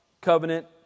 covenant